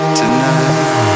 tonight